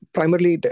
Primarily